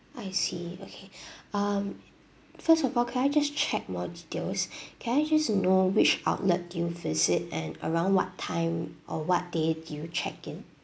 I see okay um first of all can I just check more details can I just know which outlet did you visit and around what time or what day did you check in